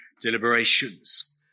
deliberations